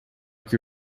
que